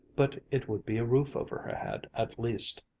but it would be a roof over her head at least.